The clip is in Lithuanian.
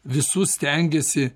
visus stengiasi